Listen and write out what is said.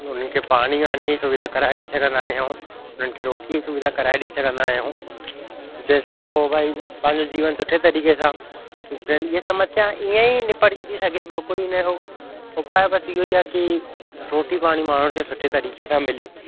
उन्हनि खे पाणी वाणीअ ई सुविधा कराए ॾई सघंदा आहियूं उन्हनि खे रोटीअ ई सुविधा कराए ॾई सघंदा आहियूं जंहिंसा उहो भई पंहिंजो जीवन सुठे तरीक़े सां फ्रैंड इहे समस्या ईअं ई निपटजी ती ॿियो कोई इन जो उपाय बसि इहो ई आहे की रोटी पाणी माण्हुनि खे सुठे तरीके सां मिले